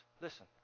Listen